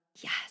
Yes